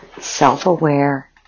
self-aware